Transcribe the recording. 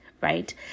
Right